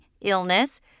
illness